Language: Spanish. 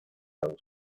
lado